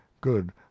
good